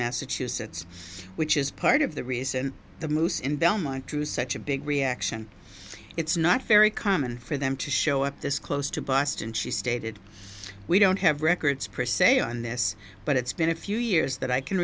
massachusetts which is part of the reason the moose in belmont through such a big reaction it's not very common for them to show up this close to boston she stated we don't have records per say on this but it's been a few years that i can